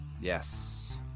Yes